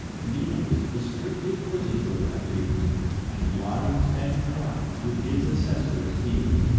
minos, the strict inquisitor, appears and lives and crimes, with his assessors, hears.